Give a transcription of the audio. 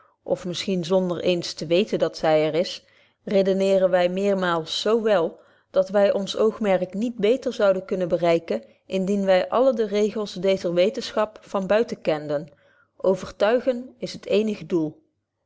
of misschien zonder eens te weten dat zy er is redeneren wy meermaals zo wél dat wy ons oogmerk niet beter zouden kunnen bereiken indien wy alle de regels dezer wetenschap van buiten kenden overtuigen is het eenig doel